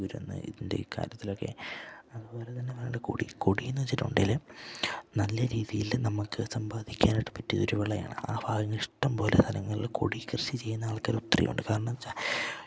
ഇതിൻ്റെ കാര്യത്തിലൊക്കെ അതുപോലെ തന്നെ പണ്ട് കൊടി കൊടി എന്നു വച്ചിട്ടുണ്ടെങ്കിൽ നല്ല രീതിയിൽ നമുക്ക് സമ്പാദിക്കാനായിട്ട് പറ്റിയ ഒരു വിളയാണ് ആ ഭാഗങ്ങൾ ഇഷ്ടം പോലെ സ്ഥലങ്ങളിൽ കൊടി കൃഷി ചെയ്യുന്ന ആൾക്കാർ ഒത്തിരി ഉണ്ട് കാരണമെന്നു വച്ചാൽ